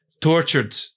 tortured